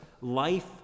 life